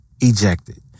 ejected